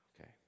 okay